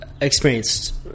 experienced